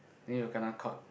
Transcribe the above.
then you kena caught